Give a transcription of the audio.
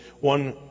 one